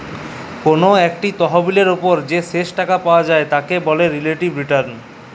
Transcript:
call ইকট তহবিলের উপর যে শেষ টাকা পাউয়া যায় উয়াকে রিলেটিভ রিটার্ল ব্যলে